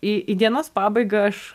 į į dienos pabaigą aš